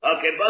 Okay